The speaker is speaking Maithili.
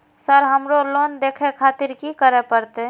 सर हमरो लोन देखें खातिर की करें परतें?